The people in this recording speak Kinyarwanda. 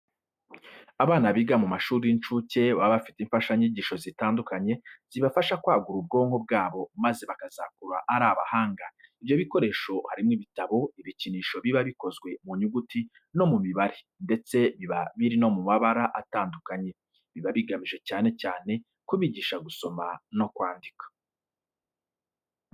Abana biga mu mashuri y'incuke baba bafite imfashanyigisho zitandukanye zibafasha kwagura ubwonko bwabo maze bakazakura ari abahanga. Ibyo bikoresho harimo ibitabo, ibikinisho biba bikozwe mu nyuguti no mu mibare ndetse biba biri no mu mabara atandukanye. Biba bigamije cyane cyane kubigisha gusoma no kwandika.